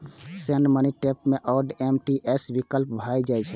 send money tab मे IMPS विकल्प पर जाउ